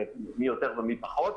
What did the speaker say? מי יותר ומי פחות,